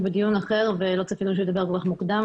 הוא בדיון אחר ולא צפינו שהוא ידבר כל כך מוקדם.